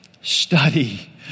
study